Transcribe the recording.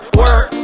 work